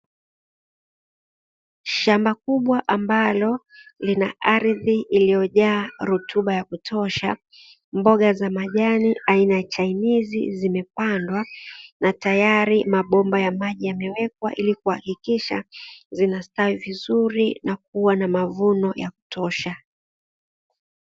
Shamba kubwa ambalo lina ardhi iliyojaa rutuba ya kutosha mboga za majani aina ya chainizi, zimepandwa na tayari mabomba ya maji yamewekwa ili kuhakikisha zinastawi vizuri na kuwa na mavuno ya kutosha.